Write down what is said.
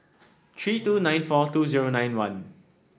three two nine four two zero nine one